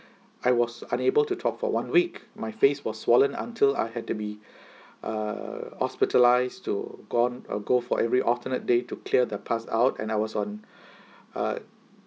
I was unable to talk for one week my face was swollen until I had to be err hospitalised to gone uh go for every alternate day to clear the pus out and I was on uh